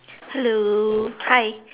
hello hi